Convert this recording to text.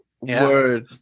word